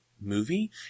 movie